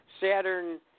Saturn